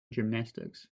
gymnastics